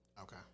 okay